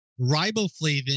riboflavin